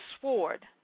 sword